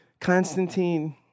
Constantine